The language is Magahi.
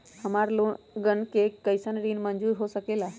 हमार लोगन के कइसन ऋण मंजूर हो सकेला?